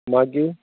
मागीर